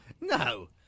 No